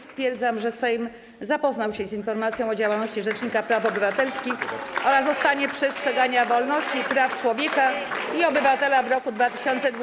Stwierdzam, że Sejm zapoznał się z informacją o działalności Rzecznika Praw Obywatelskich oraz o stanie przestrzegania wolności i praw człowieka i obywatela w roku 2020.